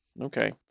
Okay